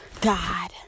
God